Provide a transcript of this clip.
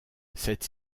cette